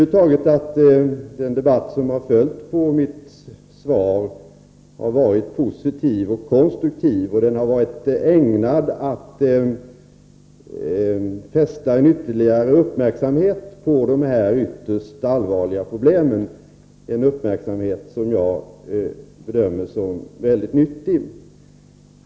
Den debatt som har följt på mitt svar har över huvud taget varit positiv och konstruktiv och ägnad att fästa ytterligare uppmärksamhet på det här yttersta allvarliga problemet — en uppmärksamhet som jag bedömer som mycket nyttig.